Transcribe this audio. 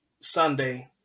Sunday